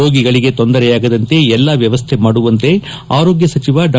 ರೋಗಿಗಳಿಗೆ ತೊಂದರೆಯಾಗದಂತೆ ಎಲ್ಲಾ ವ್ಯವಸ್ಥೆ ಮಾಡುವಂತೆ ಆರೋಗ್ಯ ಸಚಿವ ಡಾ